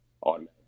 on